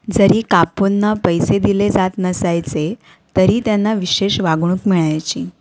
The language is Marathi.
जरी काकूंना पैसे दिले जात नसायचे तरी त्यांना विशेष वागणूक मिळायची